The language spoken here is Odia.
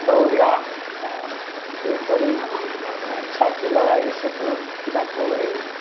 ଦୌଡ଼ିଆ କିଏ କରି ଛାଟି ଲଗାଇ ସେ ତୁ ବିକିବାକୁ ହୁଏ